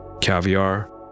caviar